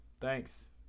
Thanks